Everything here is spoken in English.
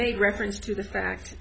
made reference to the fact